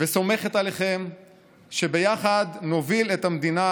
וסומכת עליכם שביחד נוביל את המדינה